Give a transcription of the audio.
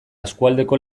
eskualdeko